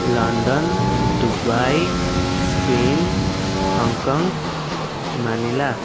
London Dubai Spain Hong Kong Manila